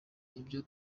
ibyo